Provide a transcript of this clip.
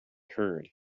heard